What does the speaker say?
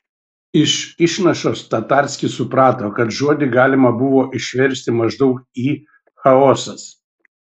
iš išnašos tatarskis suprato kad žodį galima buvo išversti maždaug į chaosas